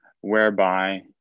whereby